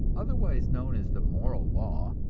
otherwise known as the moral law,